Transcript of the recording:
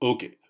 Okay